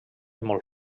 molt